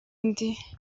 ndi